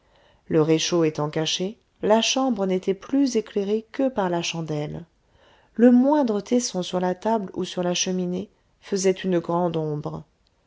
le réchaud étant caché la chambre n'était plus éclairée que par la chandelle le moindre tesson sur la table ou sur la cheminée faisait une grande ombre